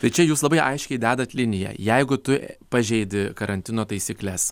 tai čia jūs labai aiškiai dedat liniją jeigu tu pažeidi karantino taisykles